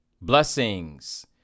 Blessings